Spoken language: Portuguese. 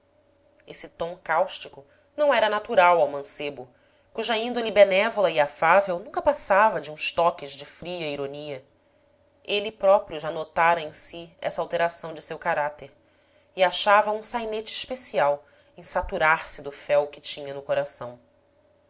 esse tom cáustico não era natural ao mancebo cuja índole benévola e afável nunca passava de uns toques de fria ironia ele próprio já notara em si essa alteração de seu caráter e achava um sainete especial em saturar se do fel que tinha no co ração